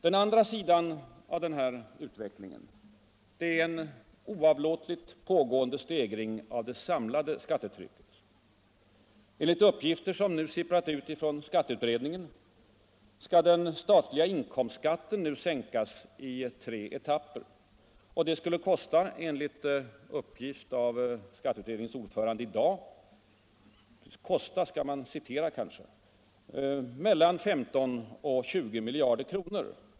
Den andra sidan av den här utvecklingen är en oavlåtligt pågående stegring av det samlade skattetrycket. Enligt uppgifter som sipprat ut från skatteutredningen skall den statliga inkomstskatten nu ”sänkas” i tre etapper. Det skulle enligt uppgift i dag från skatteutredningens ordförande ”kosta” — kosta skall man kanske citera här — mellan 15 och 20 miljarder kronor.